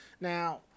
Now